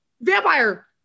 vampire